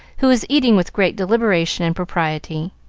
who was eating with great deliberation and propriety.